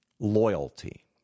Loyalty